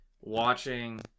watching